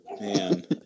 Man